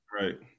Right